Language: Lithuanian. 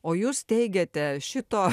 o jūs teigiate šito